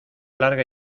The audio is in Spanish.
larga